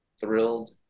thrilled